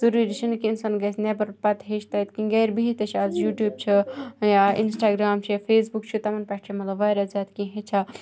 ضٔروٗری چھِنہٕ کینٛہہ سُہ گژھِ نٮ۪بر پَتہٕ ہیٚچھِ تَتہِ کینٛہہ گَرِ بِہِتھ تہِ چھِ اَز یوٗٹیوٗب چھِ یا اِنسٹاگرٛام چھِ یا فیسبُک چھِ تِمَن پٮ۪ٹھ چھِ مطلب واریاہ زیادٕ کینٛہہ ہیٚچھان